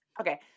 Okay